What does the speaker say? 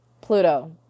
Pluto